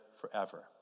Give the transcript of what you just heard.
forever